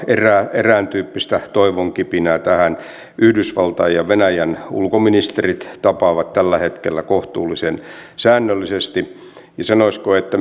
erääntyyppistä toivonkipinää tähän yhdysvaltain ja venäjän ulkoministerit tapaavat tällä hetkellä kohtuullisen säännöllisesti ja sanoisiko että